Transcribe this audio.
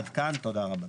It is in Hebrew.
תודה רבה.